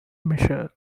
measure